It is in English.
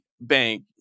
bank